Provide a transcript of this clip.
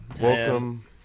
Welcome